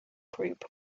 group